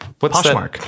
Poshmark